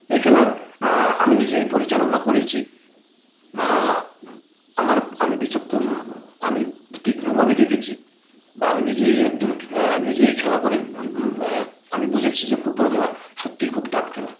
এই খেলা আমি নিজেই পরিচালনা করেছি আমার আমি বিচক্ষণ আমি তীক্ষ্ণভাবে দেখেছি বা আমি নিজেই একজন নিজেই খেলা করে আমি বুঝেছি যে ফুটবল খেলা সত্যিই খুব টাফ খেলা